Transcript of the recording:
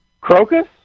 Crocus